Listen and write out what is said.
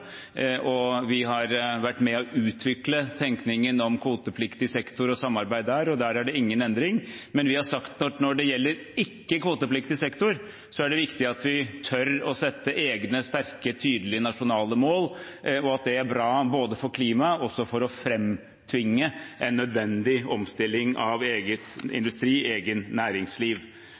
og vi har vært med på å utvikle tenkningen om kvotepliktig sektor og samarbeid der. Der er det ingen endring, men vi har sagt at når det gjelder ikke-kvotepliktig sektor, er det viktig at vi tør å sette egne sterke, tydelige nasjonale mål, og at det er bra både for klimaet og også for å framtvinge en nødvendig omstilling av egen industri, eget næringsliv.